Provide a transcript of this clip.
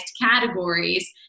categories